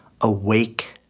awake